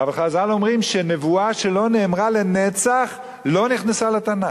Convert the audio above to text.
אבל חז"ל אומרים שנבואה שלא נאמרה לנצח לא נכנסה לתנ"ך.